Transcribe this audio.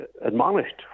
admonished